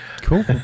Cool